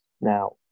Now